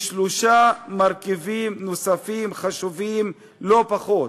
שלושה מרכיבים נוספים חשובים לא פחות,